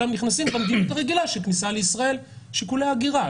כולם נכנסים במדיניות הרגילה של כניסה לישראל של שיקולי הגירה.